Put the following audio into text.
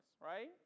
right